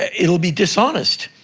it'll be dishonest,